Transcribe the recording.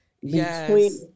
Yes